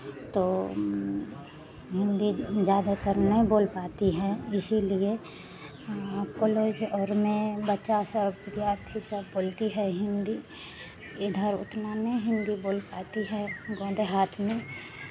तो हिन्दी ज़्यादातर नहीं बोल पाती है इसीलिए कॉलेज और में बच्चा सब बिद्यार्थी सब बोलती है हिन्दी इधर उतना नहीं हिन्दी बोल पाती है गाँव देहात में